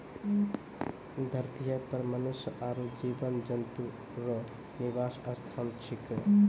धरतीये पर मनुष्य आरु जीव जन्तु रो निवास स्थान छिकै